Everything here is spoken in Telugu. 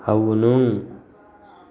అవును